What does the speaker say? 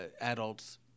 adults